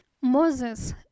Moses